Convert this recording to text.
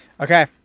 Okay